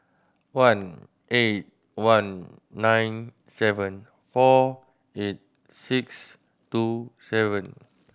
one eight one nine seven four eight six two seven